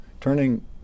Turning